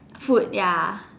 food ya